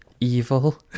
evil